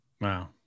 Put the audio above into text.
Wow